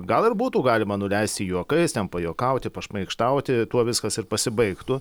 gal ir būtų galima nuleisti juokais ten pajuokauti pašmaikštauti tuo viskas ir pasibaigtų